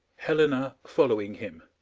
helena following him